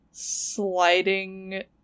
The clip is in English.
sliding